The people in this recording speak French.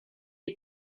est